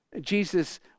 Jesus